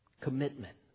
commitment